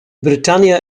britannia